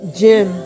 gym